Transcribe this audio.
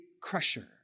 crusher